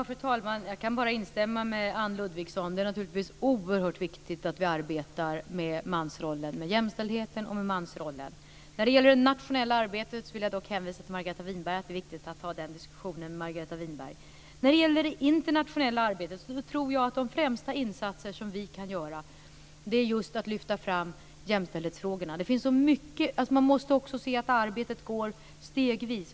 Fru talman! Jag kan bara instämma med Anne Ludvigsson. Det är naturligtvis oerhört viktigt att vi arbetar med jämställdheten och med mansrollen. När det gäller det nationella arbetet vill jag dock hänvisa till Margareta Winberg, att det är viktigt att ta den diskussionen med henne. När det gäller det internationella arbetet tror jag att de främsta insatser som vi kan göra är just att lyfta fram jämställdhetsfrågorna. Det finns så mycket. Man måste också se att arbetet går stegvis.